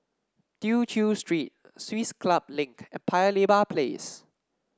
Tew Chew Street Swiss Club Link and Paya Lebar Place